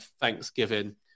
thanksgiving